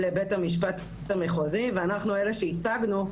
לבית המשפט המחוזי ואנחנו אלה שייצגנו,